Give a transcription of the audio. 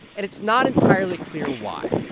and it's not entirely clear why.